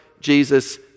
Jesus